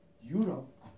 Europe